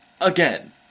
Again